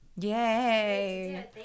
Yay